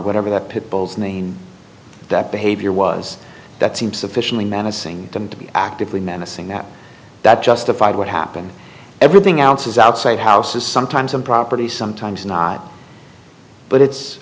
whatever the pit bulls name that behavior was that seems sufficiently man to sing them to be actively menacing that that justified what happened everything ounces outside houses sometimes on property sometimes not but it's